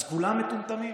אז כולם מטומטמים?